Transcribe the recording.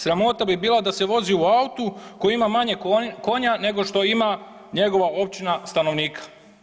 Sramota bi bila da se vozi u auto koji ima manje konja nego što ima njegova općina stanovnika.